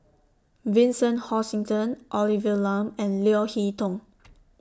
Vincent Hoisington Olivia Lum and Leo Hee Tong